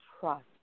trust